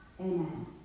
Amen